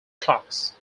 clocks